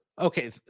Okay